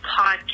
podcast